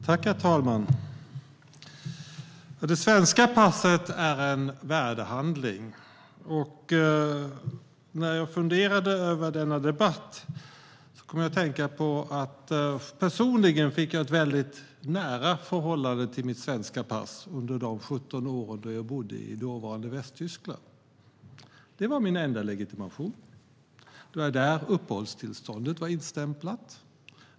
Herr talman! Det svenska passet är en värdehandling. När jag funderade över denna debatt kom jag att tänka på att jag personligen fick ett väldigt nära förhållande till mitt svenska pass under de 17 år jag bodde i dåvarande Västtyskland. Det var min enda legitimation. Det var där uppehållstillståndet var instämplat.